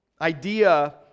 idea